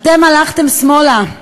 אתם הלכתם שמאלה.